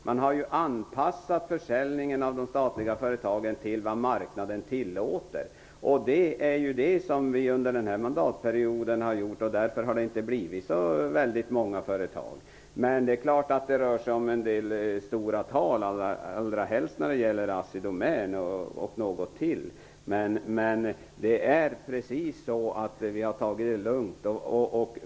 Man har anpassat försäljningen av de statliga företagen till det som marknaden tillåter. Det är ju det som vi har gjort under den här mandatperioden, och därför har det inte blivit så många försäljningar. Det är klart att det rör sig om stora tal, allra helst när det gäller bl.a. Assidomän. Men vi har alltså tagit det lugnt.